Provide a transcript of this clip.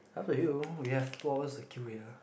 up to you we have two hours to kill here